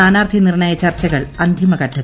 സ്ഥാനാർത്ഥി നിർണയ ചർച്ചകൾ അന്തിമഘട്ടത്തിൽ